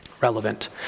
relevant